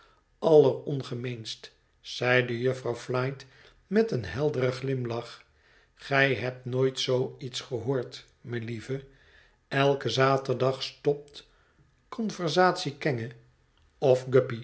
allerongemeenst zeide jufvrouw flite met een helderen glimlach gij hebt nooit zoo iets gehoord melieve eiken zaterdag stopt conversatie kenge of